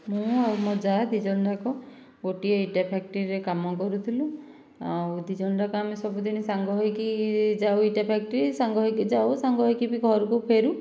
ମୁଁ ଆଉ ମୋ ଯା ଦୁଇଜଣ ଯାକ ଗୋଟିଏ ଇଟା ଫ୍ୟାକ୍ଟ୍ରିରେ କାମ କରୁଥିଲୁ ଆଉ ଦୁଇଜଣ ଯାକ ଆମେ ସବୁଦିନ ସାଙ୍ଗ ହୋଇକି ଯାଉ ଇଟା ଫ୍ୟାକ୍ଟ୍ରି ସାଙ୍ଗ ହୋଇକି ଯାଉ ସାଙ୍ଗ ହୋଇକି ବି ଘରକୁ ଫେରୁ